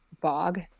Bog